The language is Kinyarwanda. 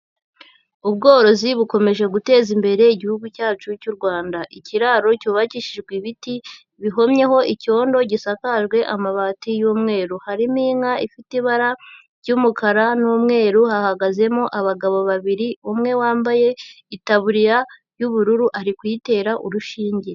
Ubworozi bukomeje guteza imbere Igihugu cyacu cy'u Rwanda, ikiraro cyubakishijwe ibiti bihomyeho icyondo gisakajwe amabati y'umweru, harimo inka ifite ibara ry'umukara n'umweru, hahagazemo abagabo babiri, umwe wambaye itaburiya y'ubururu ari kuyitera urushinge.